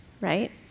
right